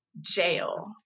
jail